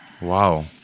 Wow